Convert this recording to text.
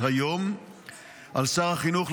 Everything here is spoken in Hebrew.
על שקט